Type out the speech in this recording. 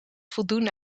voldoen